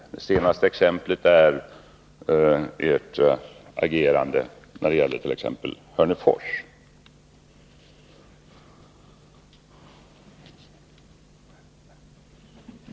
Det senaste exemplet är Hörnefors.